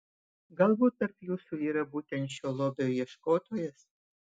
galbūt tarp jūsų yra būtent šio lobio ieškotojas